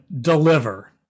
deliver